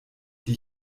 die